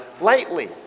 lightly